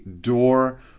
door